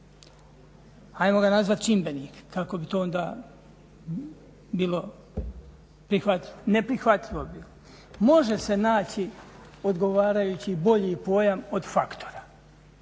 Ajmo ga nazvati čimbenik, kako bi to onda bilo ne prihvatljivo. Može se naći odgovarajući bolji pojam od faktora,